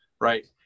right